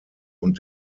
und